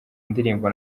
indirimbo